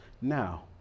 now